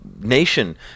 nation